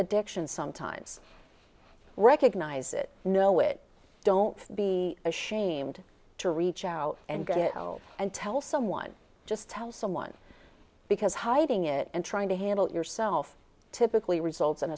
addiction sometimes recognize it know it don't be ashamed to reach out and go and tell someone just tell someone because hiding it and trying to handle it yourself typically results in